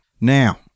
Now